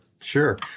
Sure